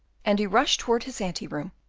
and he rushed towards his anteroom,